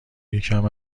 یکم